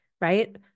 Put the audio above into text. right